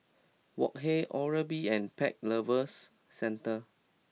Wok Hey Oral B and Pet Lovers Centre